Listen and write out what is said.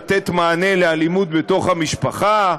לתת מענה על אלימות בתוך המשפחות,